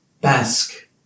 Basque